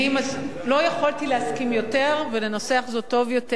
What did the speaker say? לא יכולתי להסכים יותר ולנסח זאת טוב יותר.